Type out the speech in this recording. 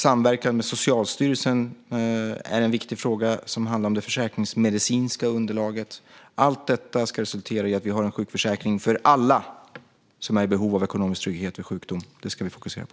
Samverkan med Socialstyrelsen är en viktig fråga som handlar om det försäkringsmedicinska underlaget. Allt detta ska resultera i att vi har en sjukförsäkring för alla som är i behov av ekonomisk trygghet vid sjukdom. Det ska vi fokusera på.